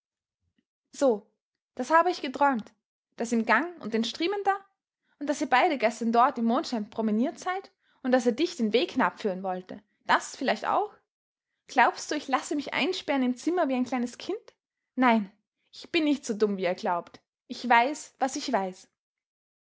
so das habe ich geträumt das im gang und den striemen da und daß ihr beide gestern dort im mondschein promeniert seid und daß er dich den weg hinabführen wollte das vielleicht auch glaubst du ich lasse mich einsperren im zimmer wie ein kleines kind nein ich bin nicht so dumm wie ihr glaubt ich weiß was ich weiß